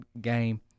game